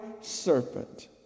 serpent